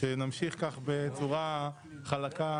שנמשיך כך בצורה חלקה